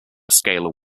scalar